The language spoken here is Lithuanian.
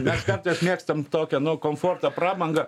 mes kartais mėgstam tokią nu komfortą prabangą